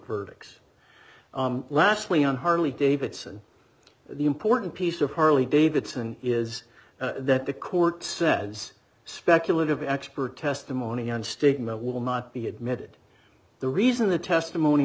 verdicts lastly on harley davidson the important piece of harley davidson is that the court says speculative expert testimony on statement will not be admitted the reason the testimony